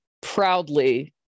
proudly